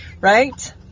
Right